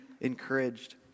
encouraged